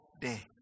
day